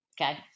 Okay